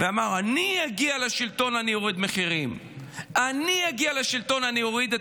הוא אמר: אני אגיע לשלטון, אני אוריד מחירים,